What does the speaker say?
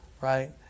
right